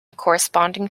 corresponding